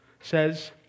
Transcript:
says